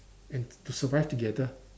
and to survive together